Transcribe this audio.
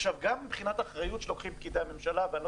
גם מבחינת אחריות שולחים פקידי ממשלה ולא